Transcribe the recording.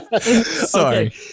Sorry